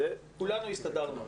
כולנו הסתדרנו.